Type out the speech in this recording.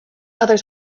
others